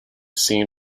seen